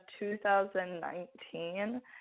2019